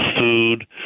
food